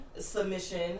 submission